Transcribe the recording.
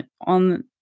on